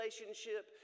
relationship